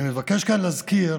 אני מבקש כאן להזכיר